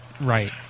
Right